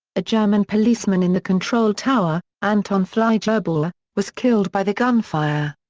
a german policeman in the control tower, anton fliegerbauer, was killed by the gunfire.